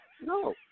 No